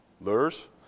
lures